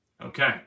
Okay